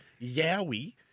Yowie